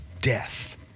death